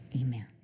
amen